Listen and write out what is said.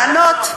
לענות.